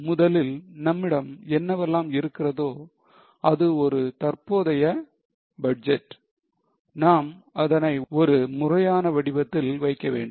முதலில் நம்மிடம் என்னவெல்லாம் இருக்கிறதோ அது ஒரு தற்போதைய பட்ஜெட் நாம் அதனை ஒரு முறையான வடிவத்தில் வைக்க வேண்டும்